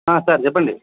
sir చెప్పండి